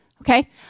okay